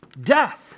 Death